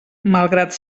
malgrat